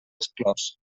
exclòs